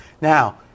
Now